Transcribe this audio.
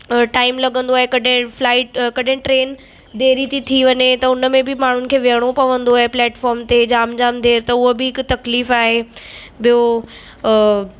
अ time लॻंदो आहे कॾहिं फ्लाईट कॾहिं ट्रैन देरी थी थी वञे त उनमें बि माण्हुनि खे विहणो पवंदो आहे प्लेटफार्म ते जामु जामु देरि त उहा बि हिकु तकलीफ़ु आहे ॿियो अ